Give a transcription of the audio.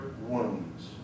wounds